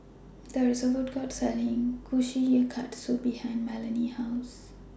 There IS A Food Court Selling Kushikatsu behind Melony's House